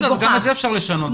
גם את זה אפשר לשנות.